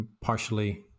partially